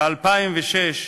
ב-2006,